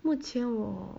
目前我